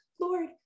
Lord